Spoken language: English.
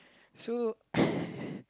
so